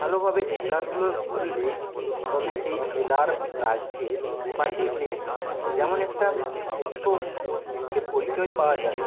ভালোভাবে খেলাধুলো করলে তবে সেই জেলার রাজ্যের বা দেশের যেমন একটা সুস্থ মস্তিষ্কের পরিচয় পাওয়া যায়